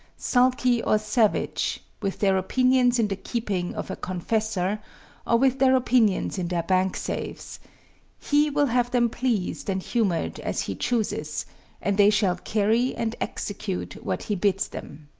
sulky or savage, with their opinions in the keeping of a confessor or with their opinions in their bank safes he will have them pleased and humored as he chooses and they shall carry and execute what he bids them.